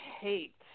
hate